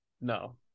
No